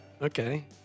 Okay